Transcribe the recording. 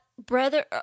Brother